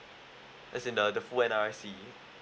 as in the the full N_R_I_C